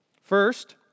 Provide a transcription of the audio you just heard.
First